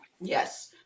Yes